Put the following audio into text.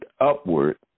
upward